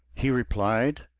he replied,